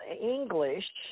English